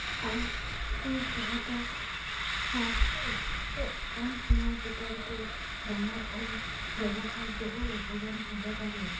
আৰু সিহঁতক কম সময়ৰ ভিতৰতে ডাঙৰ হৈ ব্যৱসায়ত বহুত লাভৱান হ'ব পাৰে